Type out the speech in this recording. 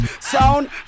Sound